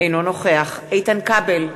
אינו נוכח איתן כבל,